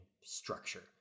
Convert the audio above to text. structure